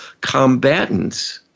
combatants